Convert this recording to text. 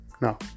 now